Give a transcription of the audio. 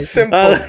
simple